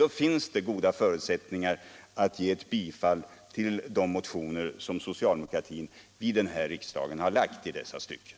Då finns det goda förutsättningar för bifall till de motioner som socialdemokraterna i den här riksdagen har framlagt i dessa stycken.